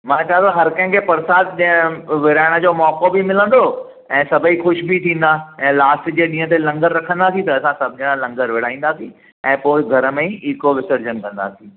मां चवां थो हर कंहिंखे परसाद ॾियणु विराइण जो मौको बि मिलंदो ऐं सभु ई ख़ुशि बि थींदा ऐं लास्ट जे ॾींंहं ते लंगर रखंदासीं त असां सभु ॼणा लंगर विराईंदासी ऐं पोइ घर में ई ईको विसर्जन कंदासीं